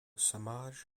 samaj